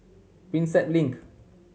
Prinsep Link